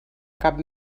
cap